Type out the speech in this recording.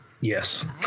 Yes